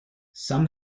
some